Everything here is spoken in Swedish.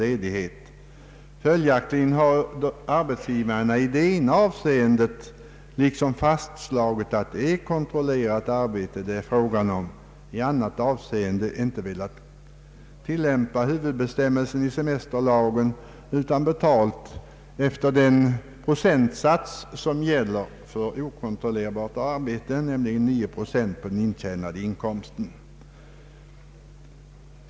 Arbetsgivarna har således å ena sidan slagit fast att det är fråga om kontrollerbart arbete men å andra sidan inte velat tillämpa huvudbestämmelsen i se mesterlagen utan betalat semesterersättning efter den procentsats som gäller för okontrollerbart arbete, dvs. 9 procent av den intjänade inkomsten.